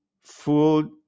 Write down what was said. food